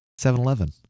7-Eleven